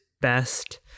best